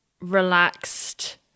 relaxed